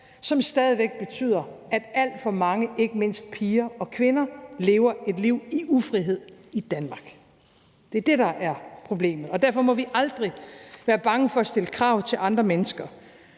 som stadig væk betyder, at alt for mange, ikke mindst piger og kvinder, lever et liv i ufrihed i Danmark. Det er det, der er problemet. Derfor må vi aldrig være bange for at stille krav til andre mennesker.